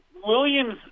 Williams